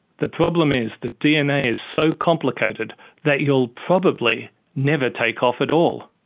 the problem is that dna is so complicated that you will probably never take off at all.